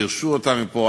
גירשו אותם מפה,